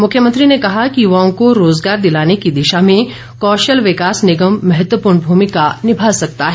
मुख्यमंत्री ने कहा कि युवाओं को रोज़गार दिलाने की दिशा में कौशल विकास निगम महत्वपूर्ण भूमिका निभा सकता है